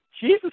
Jesus